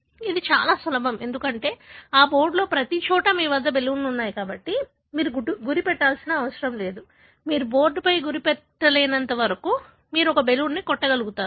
కాబట్టి ఇది చాలా సులభం ఎందుకంటే ఆ బోర్డులో ప్రతిచోటా మీ వద్ద బెలూన్లు ఉన్నాయి కాబట్టి మీరు గురి పెట్టాల్సిన అవసరం లేదు మీరు బోర్డ్పై గురిపెట్టినంత వరకు మీరు ఒక బెలూన్ను కొట్టగలుగుతారు